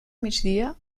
migdia